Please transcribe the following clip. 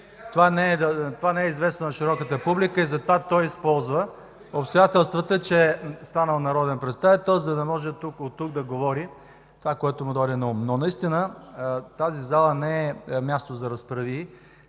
Това не е известно на широката публика, затова той използва обстоятелството, че е станал народен представител, за да може оттук да говори това, което му дойде наум. Наистина тази зала не е място за разправии,